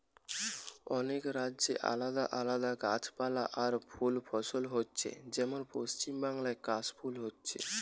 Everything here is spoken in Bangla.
অনেক রাজ্যে আলাদা আলাদা গাছপালা আর ফুল ফসল হচ্ছে যেমন পশ্চিমবাংলায় কাশ ফুল হচ্ছে